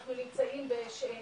אנחנו נמצאים ב-7